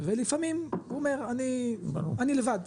ולפעמים הוא אומר אני לבד,